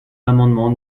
l’amendement